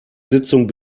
sitzung